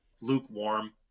lukewarm